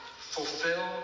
fulfill